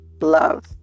love